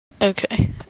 Okay